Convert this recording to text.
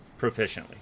proficiently